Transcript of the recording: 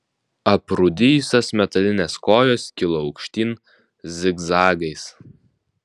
aprūdijusios metalinės kojos kilo aukštyn zigzagais